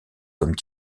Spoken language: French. comme